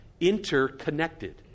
Interconnected